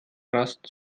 rast